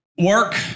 work